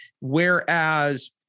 Whereas